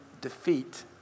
defeat